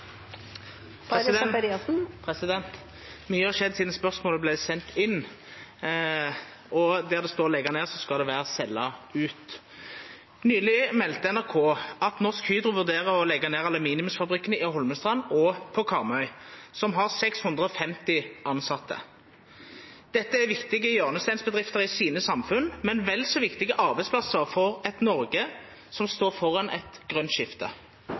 har skjedd sidan spørsmålet vart sendt inn, og der det står «legge ned», skal det stå «selge ut»: «Nylig meldte NRK at Norsk Hydro vurderer å legge ned aluminiumsfabrikkene i Holmestrand og på Karmøy, som har 650 ansatte. Dette er viktige hjørnesteinsbedrifter i sine samfunn, men vel så viktige arbeidsplasser for et Norge som står foran et grønt skifte.